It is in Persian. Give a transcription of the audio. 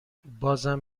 بازم